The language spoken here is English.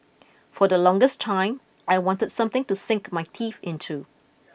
for the longest time I wanted something to sink my teeth into